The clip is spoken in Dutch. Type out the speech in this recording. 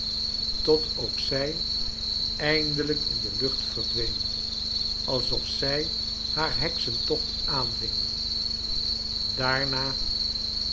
tot ook zij eindelijk in de lucht verdween alsof zij haar heksentocht aanving daarna